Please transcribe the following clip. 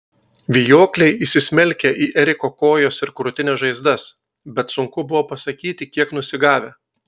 vijokliai įsismelkę į eriko kojos ir krūtinės žaizdas bet sunku buvo pasakyti kiek nusigavę